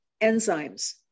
enzymes